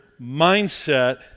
mindset